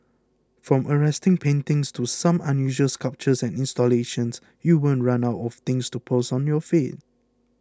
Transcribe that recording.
from arresting paintings to some unusual sculptures and installations you won't run out of things to post on your feeds